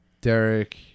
Derek